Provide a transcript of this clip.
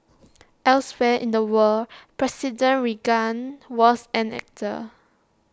elsewhere in the world president Reagan was an actor